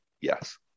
Yes